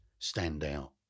standout